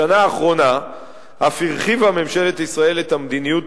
בשנה האחרונה אף הרחיבה ממשלת ישראל את המדיניות